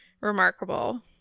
remarkable